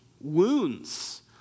wounds